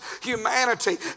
humanity